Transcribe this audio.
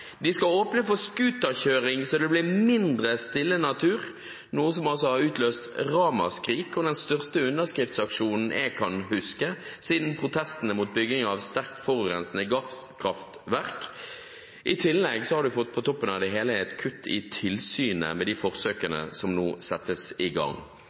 De skal åpne for scooterkjøring, slik at det blir mindre stille natur, noe som har utløst ramaskrik og den største underskriftsaksjonen jeg kan huske siden protestene mot byggingen av sterkt forurensende gasskraftverk. På toppen av det hele har man fått et kutt i tilsynet med de forsøkene som nå settes i gang.